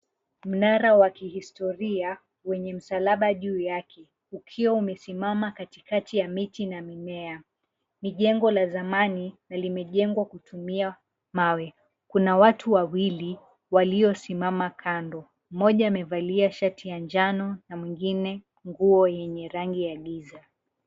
Mnara wa kihistoria wenye msalaba juu yake ukiwa umesimama katikati ya miti na mimea. Ni jengo la zamani na limejengwa kutumia mawe. Kuna watu wawili waliosimama kando, mmoja amevalia shati ya njano na mwengine nguo yenye rangi ya giza.